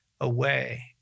away